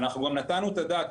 אנחנו נתנו את הדעת,